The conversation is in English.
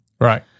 Right